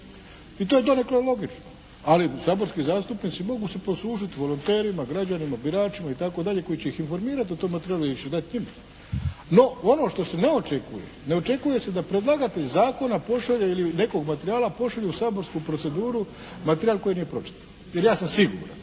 I to je donekle logično. Ali saborski zastupnici mogu se poslužit volonterima, građanima, biračima itd., koji će ih informirati o tom materijalu …/Govornik se ne razumije./… No, ono što se one očekuje, ne očekuje se da predlagatelj zakona pošalje ili nekog materijala pošalju u saborsku proceduru materijal koji nije pročitan. Jer ja sam siguran